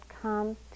come